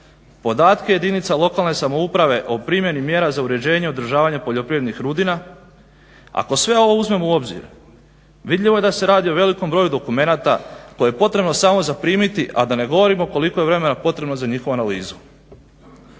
podatke jedinica lokalne samouprave o primjeni mjera za uređenje i održavanje poljoprivrednih rudina. Ako sve ovo uzmemo u obzir vidljivo je da se radi o velikom broju dokumenata koje je potrebno samo zaprimiti, a da ne govorimo koliko je vremena potrebno za njihovu analizu.